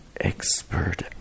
expert